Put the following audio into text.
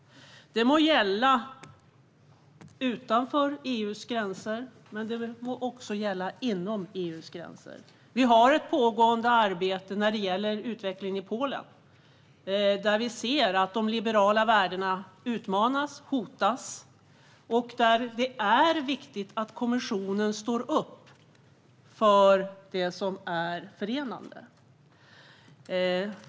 Det må gälla utanför och också inom EU:s gränser. Det finns ett pågående arbete med utvecklingen i Polen. Där utmanas och hotas de liberala värdena. Det är då viktigt att kommissionen står upp för det som är förenande.